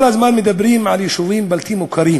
כל הזמן מדברים על יישובים בלתי מוכרים,